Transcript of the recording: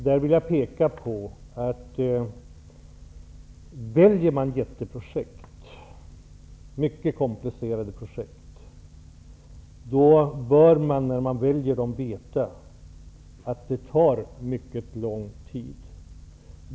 Där vill jag peka på att väljer man mycket stora och mycket komplicerade projekt bör man vara medveten om att det tar mycket lång tid.